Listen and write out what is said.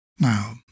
Now